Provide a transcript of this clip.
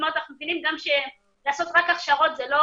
אנחנו מבינים שלעשות רק הכשרות זה לא